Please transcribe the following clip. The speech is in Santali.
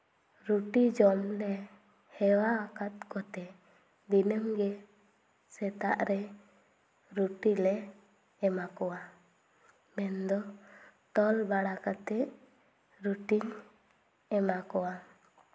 ᱨᱩᱴᱤ ᱡᱚᱢᱞᱮ ᱦᱮᱣᱟ ᱟᱠᱟᱫ ᱠᱚᱛᱮ ᱫᱤᱱᱟᱹᱢ ᱜᱮ ᱥᱮᱛᱟᱜ ᱨᱮ ᱨᱩᱴᱤᱞᱮ ᱮᱢᱟ ᱠᱚᱣᱟ ᱢᱮᱱᱫᱚ ᱛᱚᱞ ᱵᱟᱲᱟ ᱠᱟᱛᱮᱫ ᱨᱩᱴᱤᱧ ᱮᱢᱟ ᱠᱚᱣᱟ